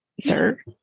sir